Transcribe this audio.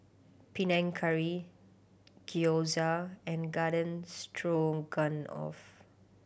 Panang Curry Gyoza and Garden Stroganoff